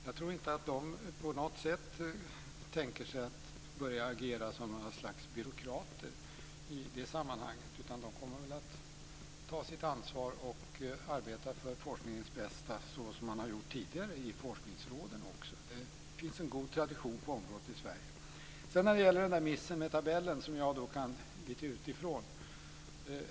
Jag tror inte att de på något sätt tänker sig att börja agera som ett slags byråkrater i det sammanhanget, utan de kommer väl att ta sitt ansvar och arbeta för forskningens bästa - som man gjort tidigare också i forskningsråden. Det finns alltså en god svensk tradition på området. Detta med missen med tabellen är något som jag bara kan lite utifrån.